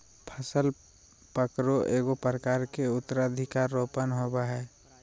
फसल पकरो एगो प्रकार के उत्तराधिकार रोपण होबय हइ